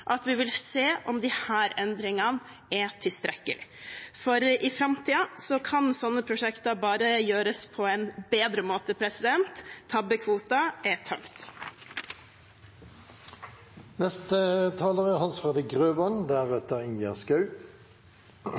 at vi vil se om disse endringene er tilstrekkelige, for i framtiden kan slike prosjekter bare gjøres på en bedre måte. Tabbekvoten er